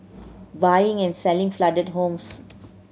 buying and selling flooded homes